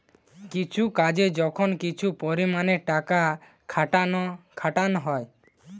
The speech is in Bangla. কিছু কাজে যখন কিছু পরিমাণে টাকা খাটানা হয়